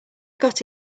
got